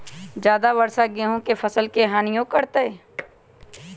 ज्यादा वर्षा गेंहू के फसल के हानियों करतै?